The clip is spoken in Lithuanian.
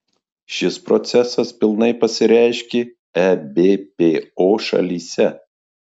šis procesas pilnai pasireiškė ebpo šalyse